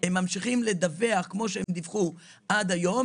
הם ממשיכים לדווח כמו שהם דיווחו עד היום.